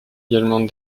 également